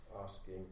asking